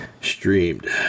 Streamed